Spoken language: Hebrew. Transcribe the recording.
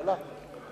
ואללה.